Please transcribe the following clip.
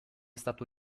stato